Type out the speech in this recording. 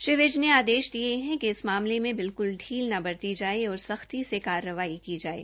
श्री विज ने आदेश दिये है कि इस मामले मे बिल्कुल ील न बरती जाये और सख्ती से कार्रवाई की जाये